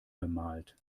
bemalt